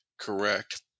Correct